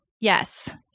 yes